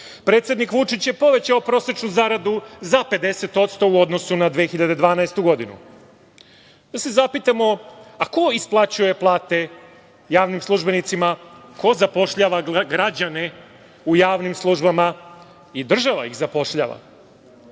Predsednik Vučić je povećao prosečnu zaradu za 50% u odnosu na 2012. godinu. Da se zapitamo – ko isplaćuje plate javnim službenicima, ko zapošljava građane u javnim službama i država ih zapošljava.